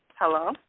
Hello